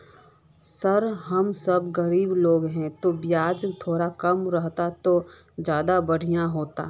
sir हम सब गरीब लोग है तो बियाज थोड़ा कम रहते तो ज्यदा बढ़िया होते